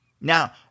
Now